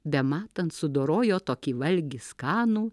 bematant sudorojo tokį valgį skanų